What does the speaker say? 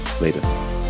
Later